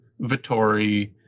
Vittori